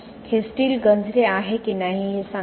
हे स्टील गंजले आहे की नाही हे सांगते